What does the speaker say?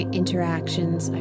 interactions